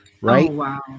Right